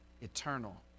eternal